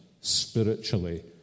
spiritually